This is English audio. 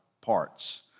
parts